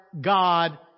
God